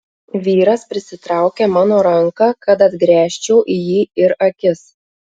vyras prisitraukė mano ranką kad atgręžčiau į jį ir akis